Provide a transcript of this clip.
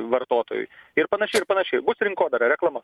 vartotojui ir panašiai ir panašiai bus rinkodara reklama